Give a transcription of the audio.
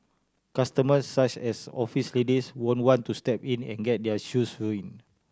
customers such as office ladies won't want to step in and get their shoes ruined